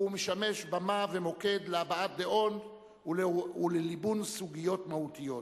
והוא משמש במה ומוקד להבעת דעות ולליבון סוגיות מהותיות.